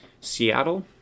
Seattle